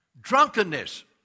Drunkenness